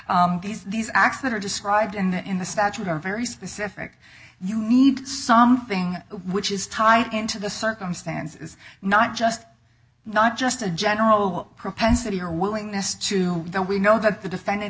these these acts that are described in the in the statute are very specific you need something which is tied into the circumstances not just not just a general propensity or willingness to know we know that the defendant